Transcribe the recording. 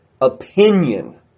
opinion